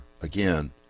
again